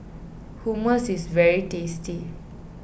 Hummus is very tasty